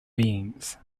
beings